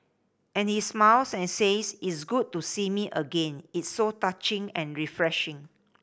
and he smiles and says it's good to see me again it's so touching and refreshing